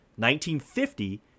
1950